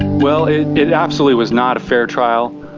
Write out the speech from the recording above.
well, it it absolutely was not a fair trial.